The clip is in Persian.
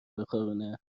بخارونه